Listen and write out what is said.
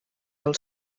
del